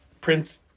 Prince